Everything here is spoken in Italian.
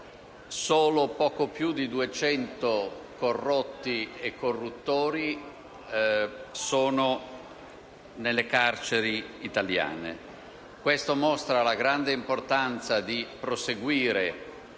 solo poco più di 200 corrotti e corruttori sono nelle carceri italiane. Questo mostra la grande importanza di proseguire